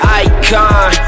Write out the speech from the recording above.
icon